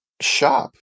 shop